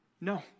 No